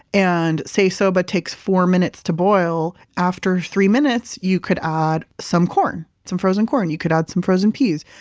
and say soba takes four minutes to boil, after three minutes, you could add some corn, some frozen corn. you could add some frozen peas.